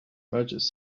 mergers